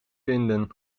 vinden